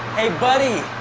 hey, buddy